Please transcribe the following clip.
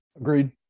Agreed